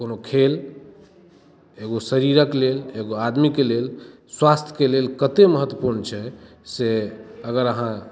कोनो खेल एगो शरीरक लेल एगो आदमी के लेल स्वास्थके लेल कते महत्वपूर्ण छै से अगर अहाँ